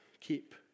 keep